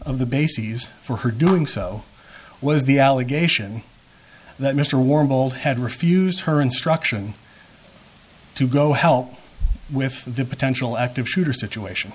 of the bases for her doing so was the allegation that mr warbled had refused her instruction to go help with the potential active shooter situation